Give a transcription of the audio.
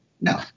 No